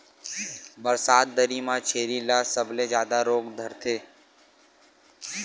बरसात दरी म छेरी ल सबले जादा रोग धरथे